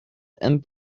and